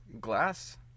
glass